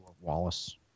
Wallace